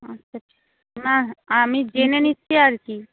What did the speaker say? আচ্ছা না আমি জেনে নিচ্ছি আর কি